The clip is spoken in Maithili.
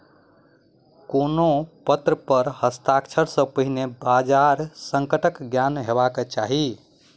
कोनो पत्र पर हस्ताक्षर सॅ पहिने बजार संकटक ज्ञान हेबाक चाही